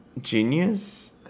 Genius